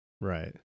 Right